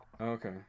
Okay